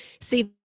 see